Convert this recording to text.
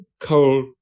coal